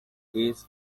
this